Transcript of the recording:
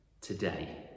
today